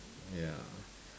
ya